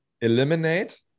eliminate